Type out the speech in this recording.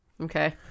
Okay